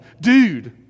dude